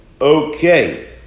Okay